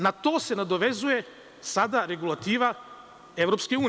Na to se nadovezuje, sada regulativa EU.